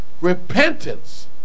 Repentance